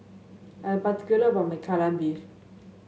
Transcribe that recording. I'm particular about my Kai Lan Beef